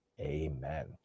Amen